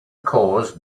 cause